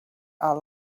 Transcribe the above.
are